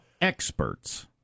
experts